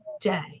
day